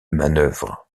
manœuvre